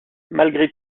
malgré